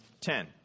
ten